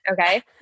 Okay